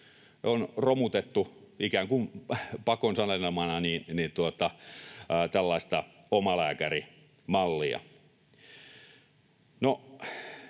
on romutettu ikään kuin pakon sanelemana tällaista omalääkärimallia.